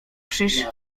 krzyż